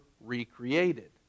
recreated